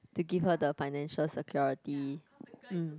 to give her the financial security mm